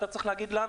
אתה צריך להגיד לנו,